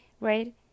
right